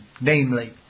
namely